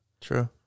True